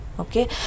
okay